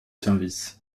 service